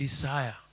desire